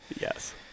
Yes